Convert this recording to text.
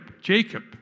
Jacob